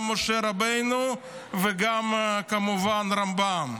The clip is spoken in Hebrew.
גם משה רבנו וגם כמובן הרמב"ם,